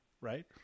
right